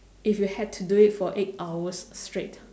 if you had to do it for eight hours straight